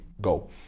go